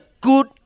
good